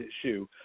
issue